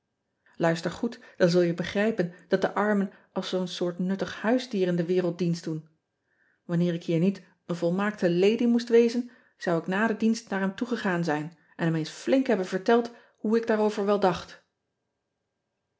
uister goed dan zul je begrijpen dat de armen als zoo n soort nuttig huisdier in de wereid dienst doen anneer ik hier niet een volmaakte lady moest wezen zou ik na den dienst naar hem toegegaan zijn en hem eens flink hebben verteld hoe ik daarover wel dacht